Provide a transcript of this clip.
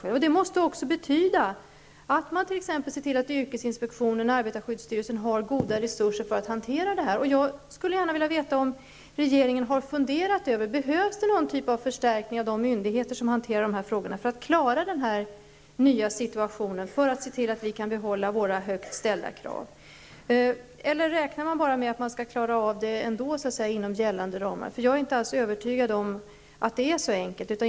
Man måste t.ex. se till att yrkesinspektionen och arbetarskyddsstyrelsen har goda resurser för att hantera problemen. Jag skulle gärna vilja veta om regeringen har funderat över om det behövs något slags förstärkning i de myndigheter som hanterar de här frågorna för att de skall kunna klara den nya situationen och så att vi skall kunna ha kvar våra högt ställda krav. Eller räknar man med att klara problemen inom gällande ramar? Jag är inte alls övertygad om att det är så enkelt.